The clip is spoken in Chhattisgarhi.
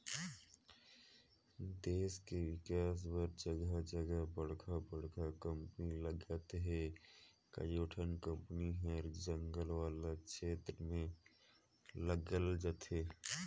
देस के बिकास बर जघा जघा बड़का बड़का कंपनी लगत हे, कयोठन कंपनी हर जंगल वाला छेत्र में लगाल जाथे